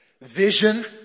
vision